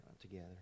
together